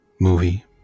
movie